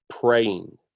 praying